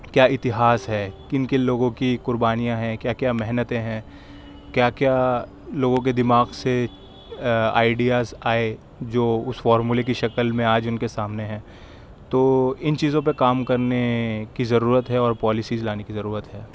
کیا اِتہاس ہے کن کن لوگوں کی قربانیاں ہیں کیا کیا محنتیں ہیں کیا کیا لوگوں کے دماغ سے آئیڈیاز آئے جو اُس فارمولے کی شکل میں آج اِن کے سامنے ہے تو اِن چیزوں پہ کام کرنے کی ضرورت ہے اور پالیسیز لانے کی ضرورت ہے